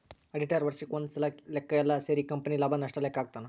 auditor ವರ್ಷಕ್ ಒಂದ್ಸಲ ಲೆಕ್ಕ ಯೆಲ್ಲ ಸೇರಿ ಕಂಪನಿ ಲಾಭ ನಷ್ಟ ಲೆಕ್ಕ ಹಾಕ್ತಾನ